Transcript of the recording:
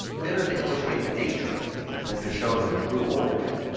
fitter to illustrate the nature of things, than to show their true origin,